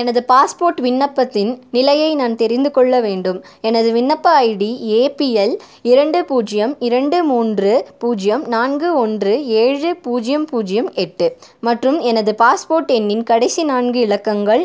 எனது பாஸ்போர்ட் விண்ணப்பத்தின் நிலையை நான் தெரிந்துக்கொள்ள வேண்டும் எனது விண்ணப்ப ஐடி ஏ பி எல் இரண்டு பூஜ்ஜியம் இரண்டு மூன்று பூஜ்ஜியம் நான்கு ஒன்று ஏழு பூஜ்ஜியம் பூஜ்ஜியம் எட்டு மற்றும் எனது பாஸ்போர்ட் எண்ணின் கடைசி நான்கு இலக்கங்கள்